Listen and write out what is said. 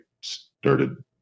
started